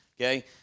Okay